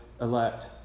elect